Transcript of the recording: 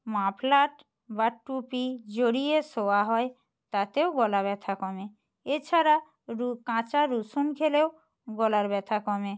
muffler বা টুপি জড়িয়ে শোয়া হয় তাতেও গলা ব্যথা কমে এছাড়া রু কাঁচা রসুন খেলেও গলার ব্যথা কমে